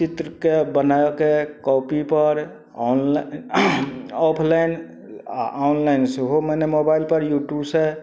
चित्रके बनाके कॉपी पर ऑनलाइन ऑफलाइन आ ऑनलाइन सेहो मने मोबाइल पर यूट्यूब से